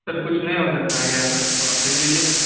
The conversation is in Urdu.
سر کچھ نہیں ہو سکتا ہے کیا سر تو تھوڑا دیکھ لیجیے نا